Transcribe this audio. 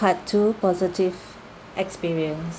part two positive experience